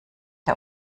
der